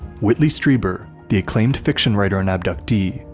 whitley strieber, the acclaimed fiction writer and abductee,